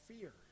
fear